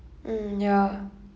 mm ya